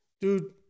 Dude